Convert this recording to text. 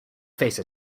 face